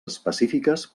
específiques